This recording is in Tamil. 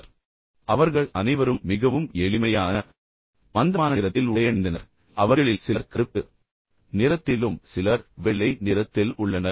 நீங்கள் அதன் ஒரு பகுதியாக இருக்கிறீர்கள் பின்னர் அவர்கள் அனைவரும் மிகவும் எளிமையான மந்தமான நிறத்தில் உடையணிந்தனர் அவர்களில் சிலர் கருப்பு நிறத்தில் உள்ளனர் சிலர் வெள்ளை நிறத்தில் உள்ளனர் சிலர் மிகவும் எளிமையான உடையில் உள்ளனர்